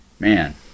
Man